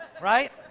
Right